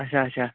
اچھا اچھا